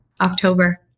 October